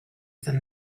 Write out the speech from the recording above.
than